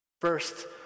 First